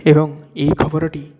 ଏବଂ ଏଇ ଖବରଟି